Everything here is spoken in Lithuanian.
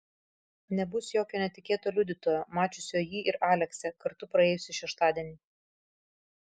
nebus jokio netikėto liudytojo mačiusio jį ir aleksę kartu praėjusį šeštadienį